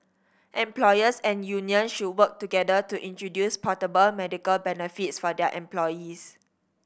employers and union should work together to introduce portable medical benefits for their employees